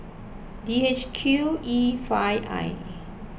D H Q E five I